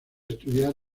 estudiar